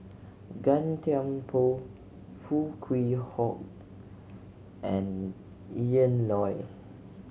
Gan Thiam Poh Foo Kwee Horng and Ian Loy